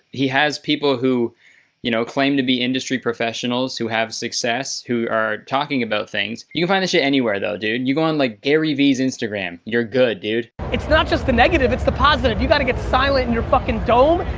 he has people who you know claim to be industry professionals who have success, who are talking about things. you can find this shit anywhere though, dude. you go on like gary vee's instagram. you're good, dude. it's not just the negative. it's the positive. you gotta get silent in you're fucking dome.